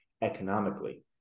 economically